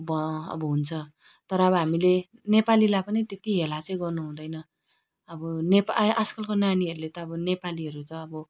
अब अब हुन्छ तर अब हामीले नेपालीलाई पनि त्यत्ति हेला चाहिँ गर्नुहुँदैन अब नेपा आ आजकलको नानीहरूले त अब नेपालीहरू त अब